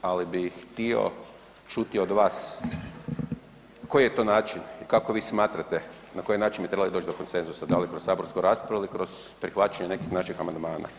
Ali bih htio čuti od vas koji je to način kako bi smatrate, na koji način bi trebali doći do konsenzusa, da li kroz saborsku raspravu ili kroz prihvaćanje nekih naših amandmana?